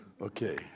Okay